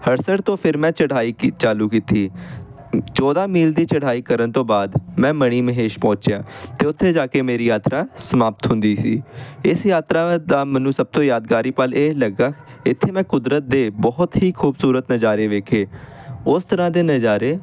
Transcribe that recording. ਹਰਸਰਤ ਤੋਂ ਫਿਰ ਮੈਂ ਚੜ੍ਹਾਈ ਕੀ ਚਾਲੂ ਕੀਤੀ ਚੌਦ੍ਹਾਂ ਮੀਲ ਦੀ ਚੜ੍ਹਾਈ ਕਰਨ ਤੋਂ ਬਾਅਦ ਮੈਂ ਮਣੀ ਮਹੇਸ਼ ਪਹੁੰਚਿਆ ਅਤੇ ਉੱਥੇ ਜਾ ਕੇ ਮੇਰੀ ਯਾਤਰਾ ਸਮਾਪਤ ਹੁੰਦੀ ਸੀ ਇਸ ਯਾਤਰਾ ਦਾ ਮੈਨੂੰ ਸਭ ਤੋਂ ਯਾਦਗਾਰੀ ਪਲ ਇਹ ਲੱਗਾ ਇੱਥੇ ਮੈਂ ਕੁਦਰਤ ਦੇ ਬਹੁਤ ਹੀ ਖੂਬਸੂਰਤ ਨਜ਼ਾਰੇ ਵੇਖੇ ਉਸ ਤਰ੍ਹਾਂ ਦੇ ਨਜ਼ਾਰੇ